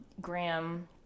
Graham